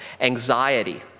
anxiety